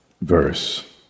verse